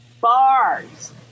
bars